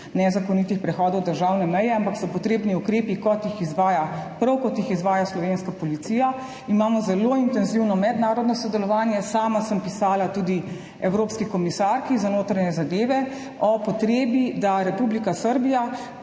nezakonitih prehodov državne meje, ampak so potrebni ukrepi, kot jih izvaja slovenska policija. Imamo zelo intenzivno mednarodno sodelovanje. Sama sem pisala tudi evropski komisarki za notranje zadeve o potrebi, da Republika Srbija